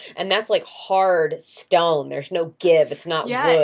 and that's like hard stone. there's no give it's not yeah